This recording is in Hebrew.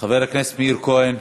חבר הכנסת מאיר כהן,